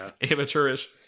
amateurish